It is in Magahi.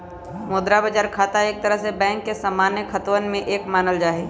मुद्रा बाजार खाता एक तरह से बैंक के सामान्य खतवन में से एक मानल जाहई